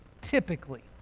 typically